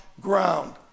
ground